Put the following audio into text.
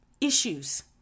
issues